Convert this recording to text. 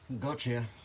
Gotcha